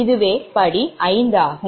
இதுவே படி 5 ஆகும்